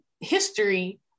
history